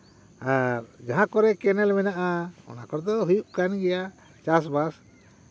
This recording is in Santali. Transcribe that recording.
ᱟᱨ ᱡᱟᱦᱟᱸ ᱠᱚᱨᱮ ᱠᱮᱱᱮᱞ ᱢᱮᱱᱟᱜᱼᱟ ᱚᱱᱟ ᱠᱚᱨᱮ ᱫᱚ ᱦᱩᱭᱩᱜ ᱠᱟᱱᱜᱮᱭᱟ ᱪᱟᱥᱼᱵᱟᱥ